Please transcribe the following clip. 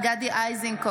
אינו נוכח גדי איזנקוט,